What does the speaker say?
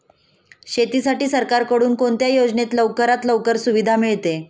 शेतीसाठी सरकारकडून कोणत्या योजनेत लवकरात लवकर सुविधा मिळते?